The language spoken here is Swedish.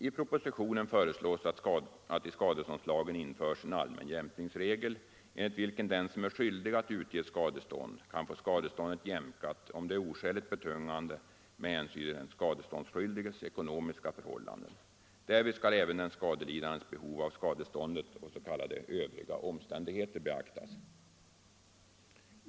I propositionen föreslås att det i skadeståndslagen införs en allmän jämkningsregel enligt vilken den som är skyldig att utge skadestånd kan få detta jämkat, om det är oskäligt betungande med hänsyn till den skadeståndsskyldiges ekonomiska förhållanden. Därvid skall även den skadelidandes behov av skadestånd och s.k. övriga omständigheter beaktas.